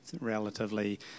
relatively